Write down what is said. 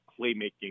playmaking